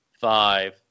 five